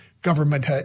Government